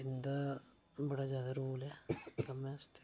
इं'दा बड़ा ज्यादा रोल ऐ कम्मै आस्तै